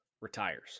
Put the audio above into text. Retires